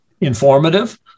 informative